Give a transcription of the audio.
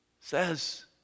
says